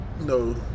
no